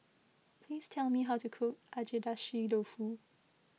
please tell me how to cook Agedashi Dofu